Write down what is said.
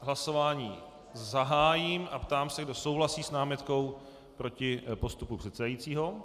Hlasování zahájím a ptám se, kdo souhlasí s námitkou proti postupu předsedajícího.